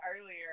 earlier